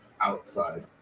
outside